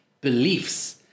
beliefs